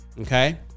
okay